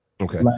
okay